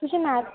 तुझ्या मॅथ्स